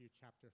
chapter